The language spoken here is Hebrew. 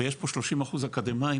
ויש פה שלושים אחוזים אקדמאיים,